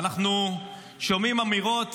ואנחנו שומעים אמירות